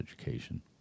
education